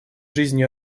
жизни